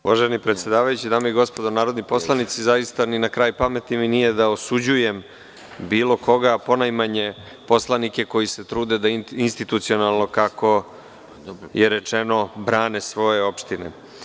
Uvaženi predsedavajući, dame i gospodo narodni poslanici, zaista mi nije ni na kraj pameti da osuđujem bilo koga, a ponajmanje poslanike koji se trude da institucionalno, kako je rečeno, brane svoje opštine.